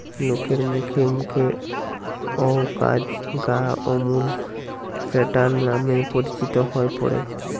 লোকের মুখে মুখে অউ কাজ গা আমূল প্যাটার্ন নামে পরিচিত হই পড়ে